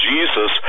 Jesus